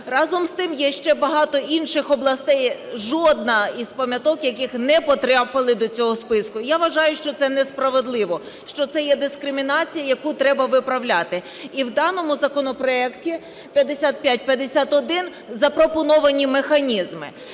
Разом з тим є ще багато інших областей, жодна із пам'яток яких не потрапили до цього списку. Я вважаю, що це несправедливо, що це є дискримінація, яку треба виправляти. І в даному законопроекті 5551 запропоновані механізми.